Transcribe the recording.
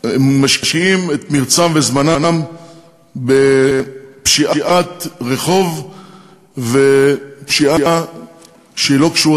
היו משקיעים את מרצם וזמנם בפשיעת רחוב ופשיעה שלא קשורה